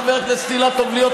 חבר הכנסת אילטוב,